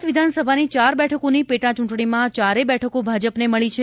ગુજરાત વિધાનસભાની ચાર બેઠકોની પેટાચૂંટણીમાં ચારેય બેઠકો ભાજપને મળી છે